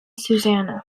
susannah